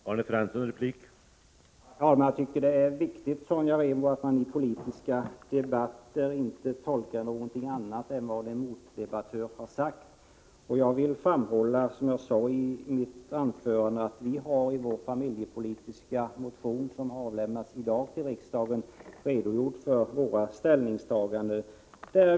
Herr talman! Det är viktigt, Sonja Rembo, att man i politiska debatter inte tolkar något annat än vad motdebattören har sagt. Jag vill framhålla, som jag sade i mitt anförande, att vi i vår familjepolitiska motion som avlämnats till riksdagen i dag, har redogjort för våra ställningstaganden.